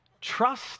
Trust